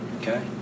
okay